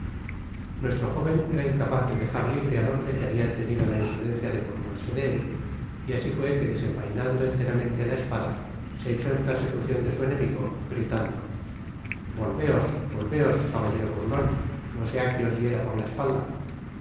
nuestro jóven era incapaz de dejar libre al hombre quehabia tenido la insolencia de burlarse de él y así fué que desenvainando enteramente la espada se echó en persecucion de su enemigo gritando volveos volveos caballero burlon no sea que os hiera por la espalda